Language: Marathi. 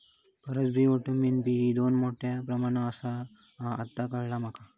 फारसबी व्हिटॅमिन बी दोन मोठ्या प्रमाणात असता ह्या आता काळाला माका